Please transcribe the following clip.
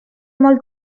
molt